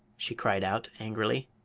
she cried out, angrily.